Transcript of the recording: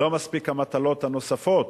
לא מספיק המטלות הנוספות,